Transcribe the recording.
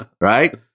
right